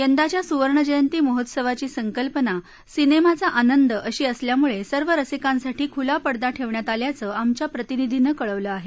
यंदाच्या सुवर्णजयंती महोत्सवाची संकल्पना सिनेमाचा आनंद अशी असल्यामुळे सर्व रसिकांसाठी खुला पडदा ठेवण्यात आल्याचं आमच्या प्रतिनिधीने कळवलं आहे